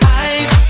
eyes